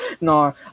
No